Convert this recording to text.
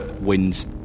wins